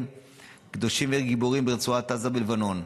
קדושים וגיבורים ברצועת עזה ובלבנון.